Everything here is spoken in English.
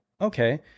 okay